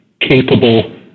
capable